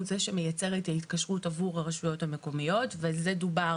זה שמייצר את ההתקשרות עבור הרשויות המקומיות ועל זה דובר